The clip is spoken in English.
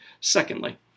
Secondly